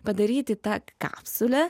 padaryti tą kapsulę